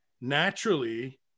naturally